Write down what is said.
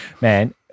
Man